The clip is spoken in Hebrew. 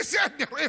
בסדר.